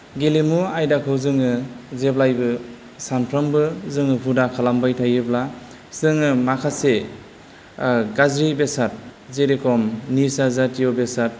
गेलेमु आयदाखौ जोङो जेब्लायबो सामफ्रामबो जोङो हुदा खालामबाय थायोब्ला जोङो माखासे गाज्रि बेसाद जेरखम निसा जातिय' बेसाद